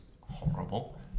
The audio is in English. horrible